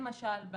למשל,